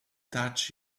touch